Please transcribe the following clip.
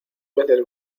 veces